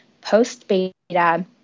post-beta